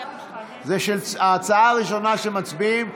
זו ההצעה הראשונה שמצביעים עליה,